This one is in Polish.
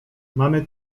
mamy